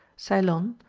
ceylon,